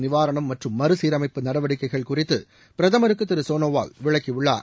நிவாரணம் மற்றும் மறுசீரமைப்பு நடவடிக்கைகள் குறித்து பிரதமருக்கு திரு சோனோவால் விளக்கியுள்ளார்